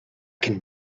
can